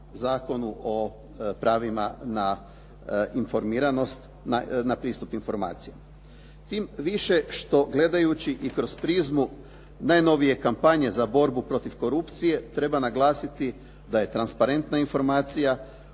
Zakonu o pravima na pristup informacijama. Tim više što gledajući i kroz prizmu najnovije kampanje za borbu protiv korupcije, treba naglasiti da je transparentan informacija